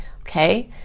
okay